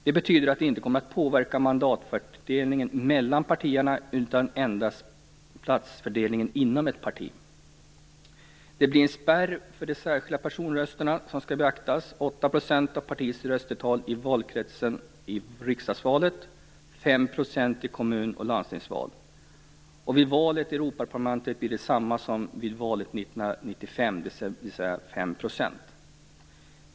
Det betyder att detta inte kommer att påverka mandatfördelningen mellan partierna, utan endast platsfördelningen inom ett parti. Det finns en spärr för de särskilda personrösterna som skall beaktas, nämligen 8 % av partiets röstetal i valkretsen i riksdagsvalet och 5 % i kommun och landstingsval. Vid val till Europaparlamentet blir det likadant som vid valet 1995, dvs. 5 %.